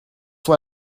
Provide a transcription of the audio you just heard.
why